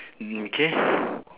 mm okay